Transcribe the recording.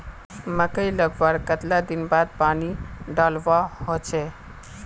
मकई लगवार कतला दिन बाद पानी डालुवा होचे?